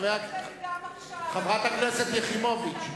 גם עכשיו, חברת הכנסת יחימוביץ.